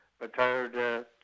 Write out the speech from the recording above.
retired